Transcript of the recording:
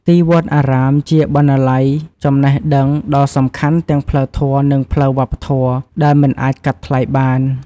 ទីវត្តអារាមជា បណ្ណាល័យចំណេះដឹង ដ៏សំខាន់ទាំងផ្លូវធម៌ និងផ្លូវវប្បធម៌ ដែលមិនអាចកាត់ថ្លៃបាន។